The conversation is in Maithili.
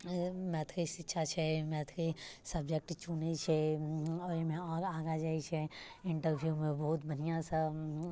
मैथिली शिक्षा छै मैथिली सब्जेक्ट चुनैत छै ओहिमे आओर आगाँ जाइत छै इन्टरव्यूमे बहुत बढ़िआँसँ